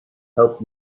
help